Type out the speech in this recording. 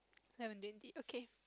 eleven twenty okay